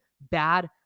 bad